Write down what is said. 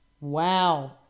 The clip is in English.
Wow